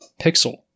pixel